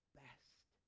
best